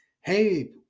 hey